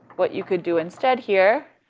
what you could do instead here,